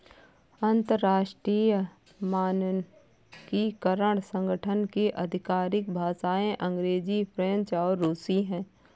अंतर्राष्ट्रीय मानकीकरण संगठन की आधिकारिक भाषाएं अंग्रेजी फ्रेंच और रुसी हैं